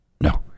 No